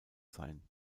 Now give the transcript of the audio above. sein